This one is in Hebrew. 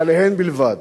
ועליהן בלבד,